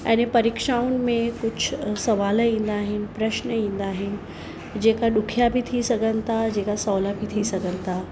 अहिड़ियूं परीक्षाउनि में कुझु सुवाल ईंदा आहिनि प्रश्न ईंदा आहिनि जेका ॾुखिया बि थी सघनि था जेका सहुला बि थी सघनि था